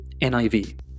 niv